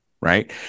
right